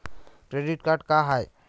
Credit card का हाय?